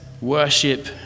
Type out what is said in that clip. worship